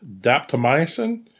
daptomycin